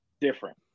different